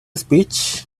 speech